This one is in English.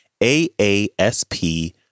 AASP